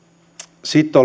sitten